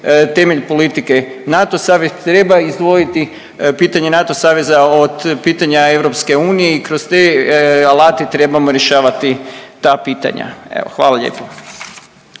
temelj politike. NATO savez treba izdvojiti, pitanje NATO saveza od pitanja EU i kroz te alate trebamo rješavati ta pitanja. Evo, hvala lijepo.